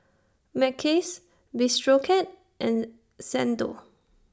Mackays Bistro Cat and Xndo